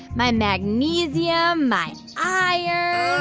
my magnesium, my iron